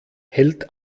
hält